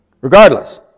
Regardless